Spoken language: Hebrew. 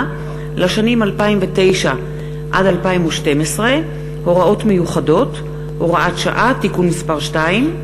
לשנים 2009 עד 2012 (הוראות מיוחדות) (הוראת שעה) (תיקון מס' 2),